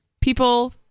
people